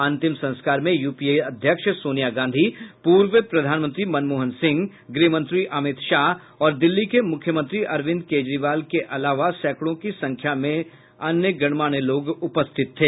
अंतिम संस्कार में यूपीए की अध्यक्ष सोनिया गांधी पूर्व प्रधानमंत्री मनमोहन सिंह गृहमंत्री अमित शाह और दिल्ली के मुख्यमंत्री अरविंद केजरीवाल के साथ सैंकडों की संख्या में लोग उपस्थित थे